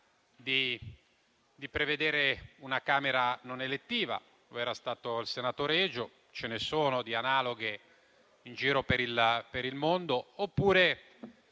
di prevedere una Camera non elettiva, come era stato al Senato regio - ce ne sono di Camere analoghe in giro per il mondo - oppure